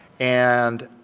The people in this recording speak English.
and